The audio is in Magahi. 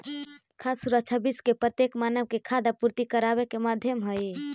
खाद्य सुरक्षा विश्व के प्रत्येक मानव के खाद्य आपूर्ति कराबे के माध्यम हई